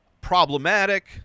problematic